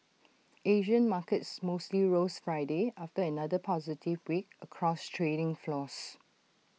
Asian markets mostly rose Friday after another positive week across trading floors